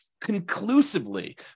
conclusively